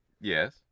Yes